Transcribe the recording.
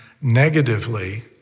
negatively